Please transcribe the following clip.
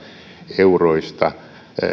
euroista